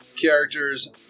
character's